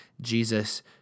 Jesus